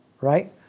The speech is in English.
right